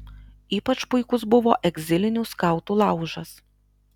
ypač puikus buvo egzilinių skautų laužas